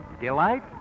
delight